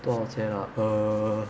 多少钱 ah err